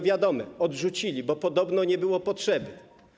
Wiadomo - odrzucili, bo podobno nie było potrzeby.